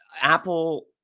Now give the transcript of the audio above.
Apple